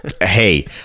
Hey